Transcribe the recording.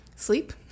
Sleep